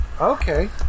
okay